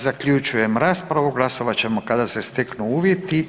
Zaključujem raspravu, glasovat ćemo kada se steknu uvjeti.